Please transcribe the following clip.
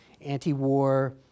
anti-war